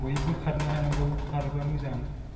बयबो खारनो हानांगौ खारोबा मोजां